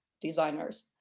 designers